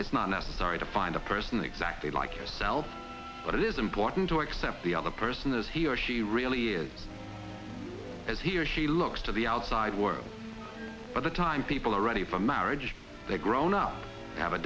it's not necessary to find a person exactly like yourself but it is important to accept the other person as he or she really is as he or she looks to the outside world by the time people are ready for marriage they grow now have a